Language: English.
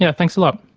yeah thanks a lot.